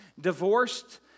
divorced